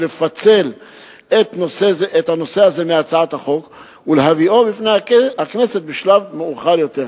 לפצל את הנושא הזה מהצעת החוק ולהביאו בפני הכנסת בשלב מאוחר יותר.